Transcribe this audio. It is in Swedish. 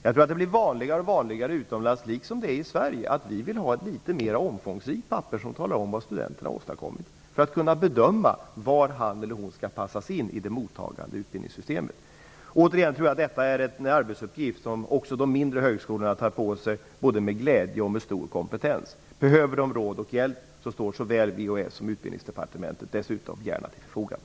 Det blir vanligare och vanligare utomlands, liksom det är i Sverige, att vilja ha ett litet mer omfångsrikt papper som talar om vad studenten har åstadkommit för att kunna bedöma var han eller hon skall passas in i det mottagande utbildningssystemet. Återigen tror jag att detta är en arbetsuppgift som också de mindre högskolorna tar på sig både med glädje och med stor kompetens. Behöver de råd och hjälp står såväl VHS som Utbildningsdepartementet dessutom gärna till förfogande.